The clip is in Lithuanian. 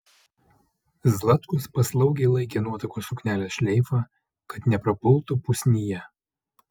zlatkus paslaugiai laikė nuotakos suknelės šleifą kad neprapultų pusnyje